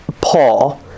Paul